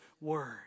Word